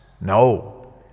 No